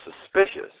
suspicious